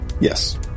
yes